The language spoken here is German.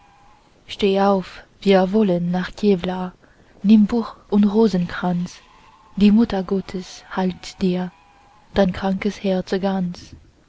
steh auf wir wollen nach kevlaar nimm buch und rosenkranz die mutter gottes heilt dir dein krankes herze ganz